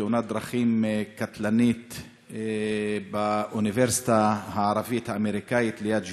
תאונת דרכים קטלנית באוניברסיטה הערבית האמריקנית ליד ג'נין,